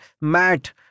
mat